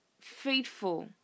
faithful